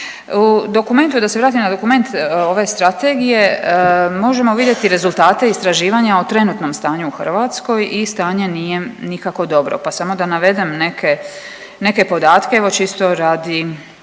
U dokumentu, da se vratim na dokument ove strategije, možemo vidjeti rezultate istraživanja o trenutnom stanju u Hrvatskoj i stanje nije nikako dobro, pa samo da navedem neke podatke evo čisto radi